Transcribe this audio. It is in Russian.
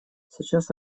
сейчас